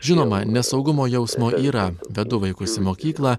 žinoma nesaugumo jausmo yra vedu vaikus į mokyklą